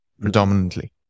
predominantly